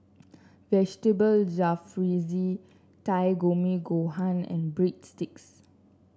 Vegetable Jalfrezi Takikomi Gohan and Breadsticks